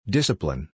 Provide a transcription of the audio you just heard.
Discipline